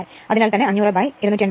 അതിനാൽ തന്നെ 500 288